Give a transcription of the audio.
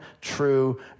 true